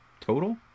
total